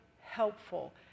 helpful